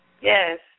Yes